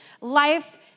life